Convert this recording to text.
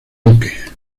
luque